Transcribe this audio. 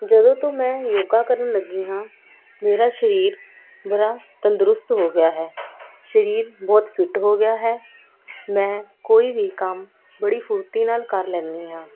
ਜਦੋਂ ਤੋਂ ਮੈਂ ਯੋਗਾ ਕਰਨ ਲੱਗੀ ਹਾਂ ਮੇਰਾ ਸਰੀਰ ਬੜਾ ਤੰਦਰੁਸਤ ਹੋ ਗਿਆ ਹੈ ਸਰੀਰ ਬਹੁਤ ਫਿਟ ਹੋ ਗਿਆ ਹੈ ਮੈਂ ਕੋਈ ਵੀ ਕੰਮ ਬੜੀ ਫੁਰਤੀ ਨਾਲ ਕਰ ਲੈਂਦੀ ਹਾਂ